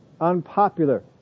unpopular